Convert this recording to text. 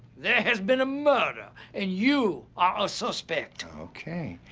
there has been a murder, and you are suspect. oh, okay.